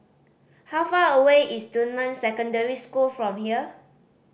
how far away is Dunman Secondary School from here